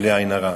בלי עין הרע.